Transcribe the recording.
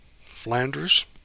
Flanders